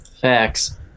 facts